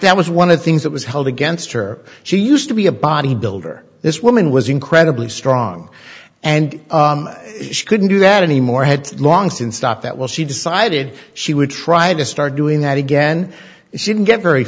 that was one of the things that was held against her she used to be a bodybuilder this woman was incredibly strong and she couldn't do that anymore had long since stopped that well she decided she would try to start doing that again she didn't get very